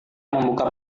membuka